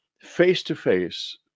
face-to-face